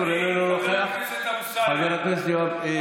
אני יכול חצי משפט, אדוני?